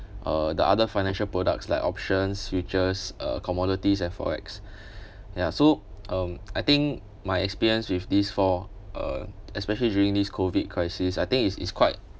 uh the other financial products like options futures uh commodities and forex ya so um I think my experience with these four uh especially during this COVID crisis I think is is quite